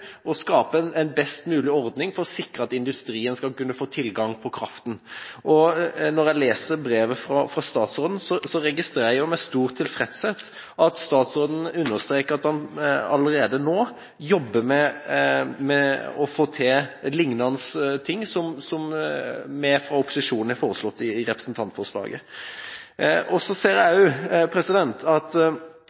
å skape en best mulig ordning for å sikre at industrien skal kunne få tilgang på kraften. Når jeg leser brevet fra statsråden, registrerer jeg med stor tilfredshet at statsråden understreker at han allerede nå jobber med å få til liknende ting som det vi fra opposisjonen har foreslått i representantforslaget. Så ser jeg også at